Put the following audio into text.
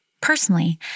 Personally